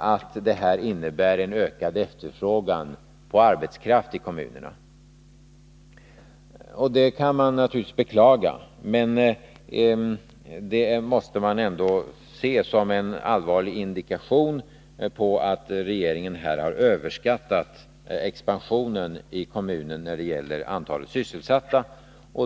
att det här innebär en ökad efterfrågan på arbetskraft i kommunerna. Det kan man naturligtvis beklaga, men man måste ändå se det som en allvarlig indikation på att regeringen har överskattat expansionen i kommunerna när det gäller antalet sysselsatta.